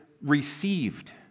received